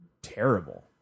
terrible